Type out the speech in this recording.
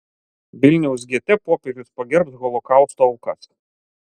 vilniaus gete popiežius pagerbs holokausto aukas